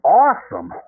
awesome